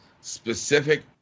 specific